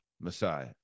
Messiah